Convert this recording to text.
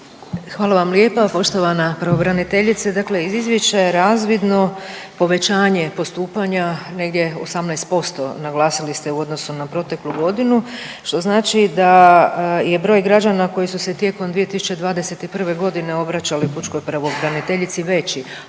Hvala vam lijepa. Poštovana pravobraniteljice, dakle iz izvješća je razvidno povećanje postupanja negdje 18% naglasili ste u odnosu na proteklu godinu, što znači da je broj građana koji su se tijekom 2021.g. obraćali pučkoj pravobraniteljici veći,